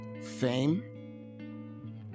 fame